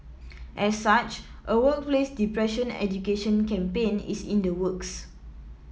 as such a workplace depression education campaign is in the works